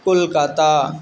Kolkata